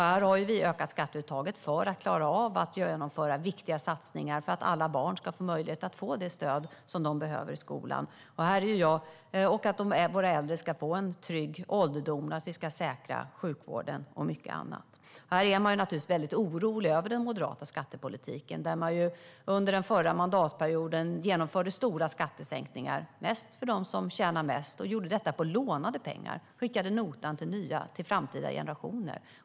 Vi har ökat skatteuttaget för att klara av att genomföra viktiga satsningar för att alla barn ska få möjlighet att få det stöd som de behöver i skolan, för att våra äldre ska få en trygg ålderdom, för att vi ska säkra sjukvården och mycket annat. Här blir man naturligtvis väldigt orolig över Moderaternas skattepolitik. De genomförde ju under den förra mandatperioden stora skattesänkningar - mest för dem som tjänar mest. De gjorde detta på lånade pengar och skickade notan till framtida generationer.